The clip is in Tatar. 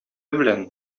белән